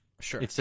Sure